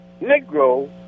Negro